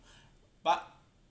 but